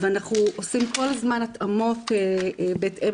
ואנחנו עושים כל הזמן התאמות בהתאם